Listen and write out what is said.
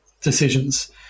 decisions